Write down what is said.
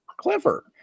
Clever